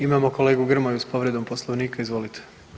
Imamo kolegu Grmoju s povredom Poslovnika, izvolite.